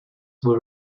were